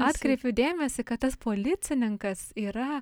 atkreipiu dėmesį kad tas policininkas yra